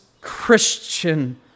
Christian